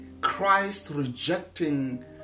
Christ-rejecting